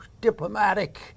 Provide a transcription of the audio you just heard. diplomatic